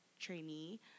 trainee